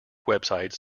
websites